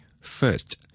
first